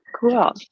Cool